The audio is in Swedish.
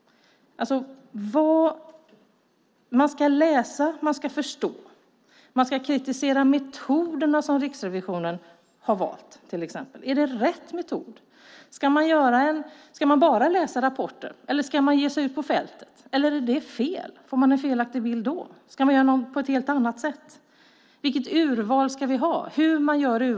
Man ska läsa och man ska förstå. Man ska kritisera metoderna som Riksrevisionen har valt, till exempel. Är det rätt metoder? Ska man bara läsa rapporter, eller ska man ge sig ut på fältet? Eller är det fel? Får man en felaktig bild då? Ska man göra på ett helt annat sätt? Vilket urval ska vi ha?